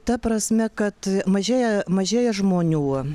ta prasme kad mažėja mažėja žmonių